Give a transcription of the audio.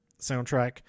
soundtrack